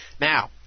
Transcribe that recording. Now